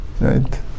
Right